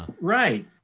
Right